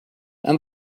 and